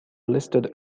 listed